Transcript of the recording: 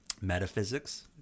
metaphysics